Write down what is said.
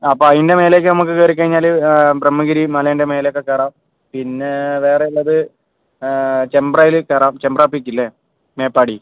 അപ്പോൾ അതിൻ്റെ മേലേക്ക് നമുക്ക് കയറിക്കഴിഞ്ഞാൽ ബ്രഹ്മഗിരി മലേൻ്റെ മേലെയൊക്കെ കയറാം പിന്നെ വേറെ ഉള്ളത് ചെമ്പ്രയിൽ കയറാം ചെമ്പ്ര പീക്ക് ഇല്ലേ മേപ്പാടി